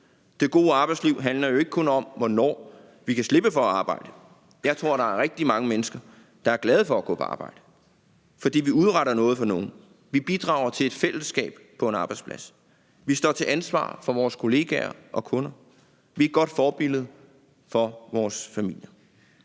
Det gode arbejdsliv handler jo ikke kun om, hvornår vi kan slippe for at arbejde. Jeg tror, der er rigtig mange mennesker, der er glade for at gå på arbejde, fordi vi udretter noget for nogen. Vi bidrager til et fællesskab på en arbejdsplads. Vi står til ansvar for vores kollegaer og kunder. Vi er et godt forbillede for vores familier.